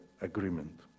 agreement